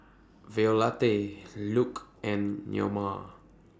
Violette Luke and Neoma